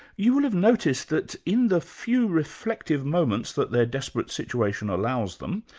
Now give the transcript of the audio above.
you will have noticed that, in the few reflective moments that their desperate situation allows them,